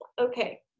Okay